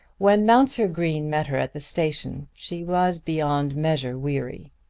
when mounser green met her at the station she was beyond measure weary.